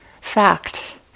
fact